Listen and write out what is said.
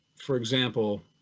for example,